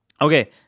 Okay